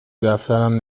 دفترم